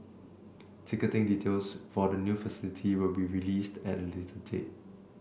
ticketing details for the new facility will be released at a later date